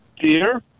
dear